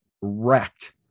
wrecked